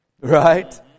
Right